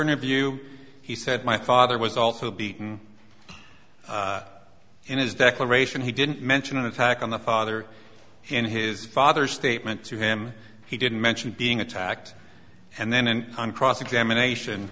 interview he said my father was also beaten in his declaration he didn't mention an attack on the father and his father statement to him he didn't mention being attacked and then and on cross examination